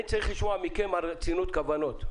אני צריך לשמוע מכם על רצינות כוונות.